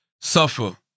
suffer